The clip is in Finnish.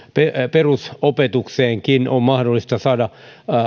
perusopetukseenkin on mahdollista saada